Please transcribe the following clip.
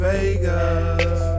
Vegas